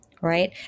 right